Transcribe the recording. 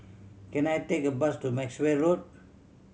can I take a bus to Maxwell Road